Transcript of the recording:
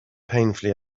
painfully